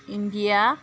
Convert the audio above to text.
India